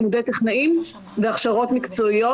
לימודי טכנאים והכשרות מקצועיות.